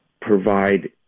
provide